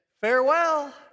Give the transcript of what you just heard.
farewell